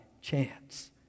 chance